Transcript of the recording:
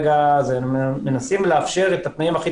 אלא אנחנו מנסים לאפשר את התנאים הכי